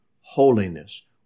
holiness